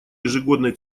ежегодной